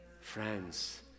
Friends